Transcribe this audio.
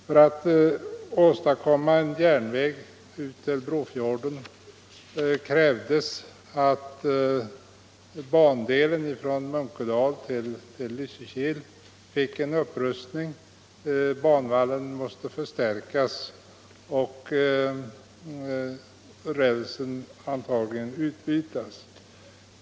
För att åstadkomma en järnväg ut till Brofjorden krävdes att bandelen från Munkedal till Lysekil fick en upprustning. Banvallen måste förstärkas och rälsen antagligen utbytas.